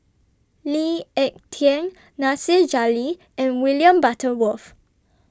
Lee Ek Tieng Nasir Jalil and William Butterworth